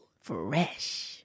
Fresh